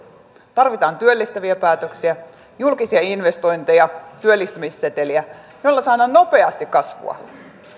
tarvitaan työllistäviä päätöksiä julkisia investointeja työllistämisseteliä joilla saadaan nopeasti kasvua